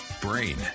brain